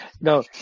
no